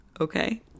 Okay